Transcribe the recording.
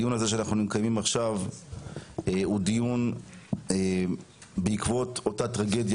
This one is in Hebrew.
אנחנו מקיימים היום את הדיון בעקבות אותה טרגדיה